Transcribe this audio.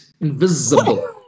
Invisible